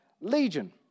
Legion